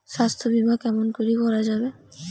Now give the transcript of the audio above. স্বাস্থ্য বিমা কেমন করি করা যাবে?